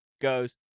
goes